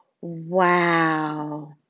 Wow